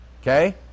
okay